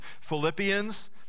Philippians